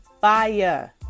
fire